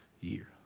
year